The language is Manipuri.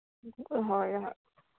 ꯍꯣꯏ ꯍꯣꯏ